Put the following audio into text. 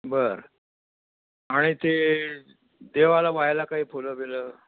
बरं आणि ते देवाला वाहायला काही फुलं बिलं